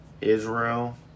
Israel